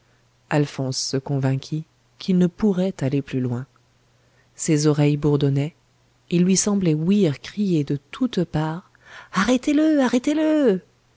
alphonse se convainquit qu'il ne pourrait aller plus loin ses oreilles bourdonnaient il lui semblait ouïr crier de toutes parts arrêtez le arrêtez le